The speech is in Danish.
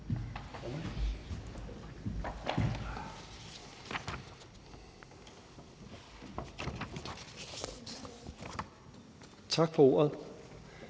Tak for ordet.